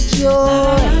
joy